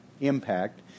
impact